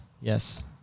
Yes